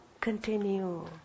continue